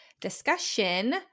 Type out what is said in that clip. discussion